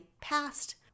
past